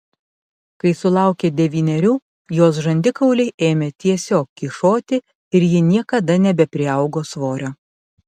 kai sulaukė devynerių jos žandikauliai ėmė tiesiog kyšoti ir ji niekada nebepriaugo svorio